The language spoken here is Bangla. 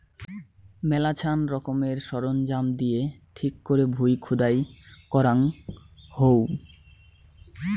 মেলাছান রকমের সরঞ্জাম দিয়ে ঠিক করে ভুঁই খুদাই করাঙ হউ